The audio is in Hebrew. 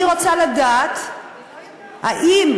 אני רוצה לדעת האם